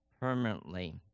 permanently